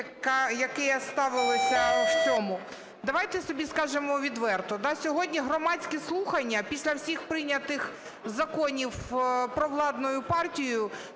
яке ставилося. Давайте собі скажемо відверто, сьогодні громадські слухання після всіх прийнятих законів провладною партією,